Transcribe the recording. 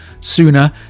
sooner